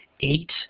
eight